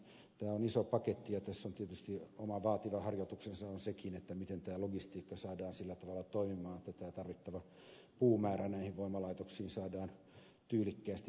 tämä on iso paketti ja tässä on tietysti oma vaativa harjoituksensa sekin miten tämä logistiikka saadaan sillä tavalla toimimaan että tarvittava puumäärä näihin voimalaitoksiin saadaan tyylikkäästi siirrettyä